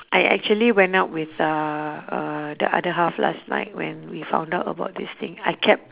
I actually went out with uh uh the other half last night when we found out about this thing I kept